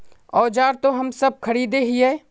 औजार तो हम सब खरीदे हीये?